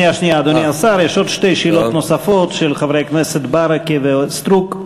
שאלות נוספות, חבר הכנסת ברכה, בבקשה.